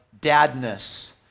dadness